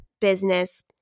business